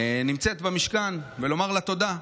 נמצאת במשכן, ולומר לה תודה.